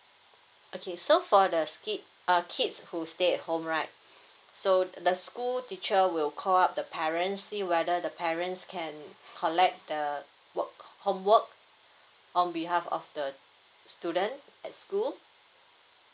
okay so for the kids err kids who stay at home right so the school teacher will call up the parents see whether the parents can collect the work homework on behalf of the student at school